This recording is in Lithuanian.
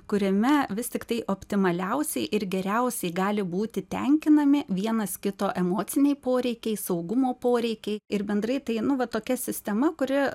kuriame vis tiktai optimaliausiai ir geriausiai gali būti tenkinami vienas kito emociniai poreikiai saugumo poreikiai ir bendrai tai nu va tokia sistema kuri